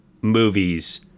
movies